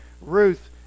Ruth